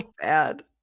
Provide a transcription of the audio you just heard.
bad